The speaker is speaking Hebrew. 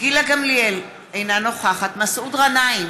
גילה גמליאל, אינה נוכחת מסעוד גנאים,